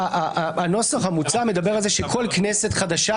הנוסח המוצע מדבר על זה שבכל כנסת חדשה